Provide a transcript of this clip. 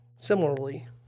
Similarly